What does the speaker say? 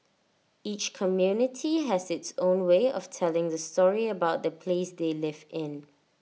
each community has its own way of telling the story about the place they live in